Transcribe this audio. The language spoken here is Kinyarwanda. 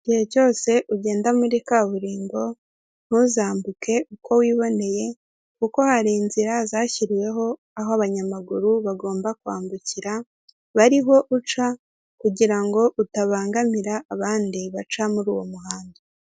Igihe cyose ugenda muri kaburimbo ntuzambuke uko wiboneye kuko hari inzira zashyiriweho aho abanyamaguru bagomba kwambukira ba ariho uca kugira ngo utabangamira abandi baca muri uwo muhanda.